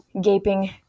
gaping